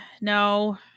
No